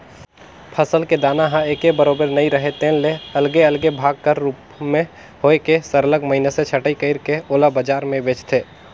फसल के दाना ह एके बरोबर नइ राहय तेन ले अलगे अलगे भाग कर रूप में होए के सरलग मइनसे छंटई कइर के ओला बजार में बेंचथें